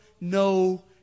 no